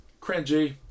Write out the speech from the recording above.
Cringy